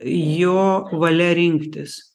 jo valia rinktis